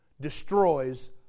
destroys